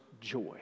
joy